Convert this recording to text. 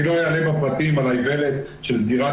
אני לא אלאה בפרטים על האיוולת של סגירת